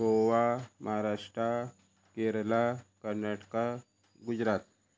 Goa Maharashtra Kerala Karnataka Gujarat